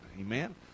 Amen